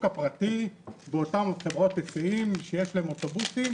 להיעזר בשוק הפרטי באותן חברות היסעים שיש להן אוטובוסים.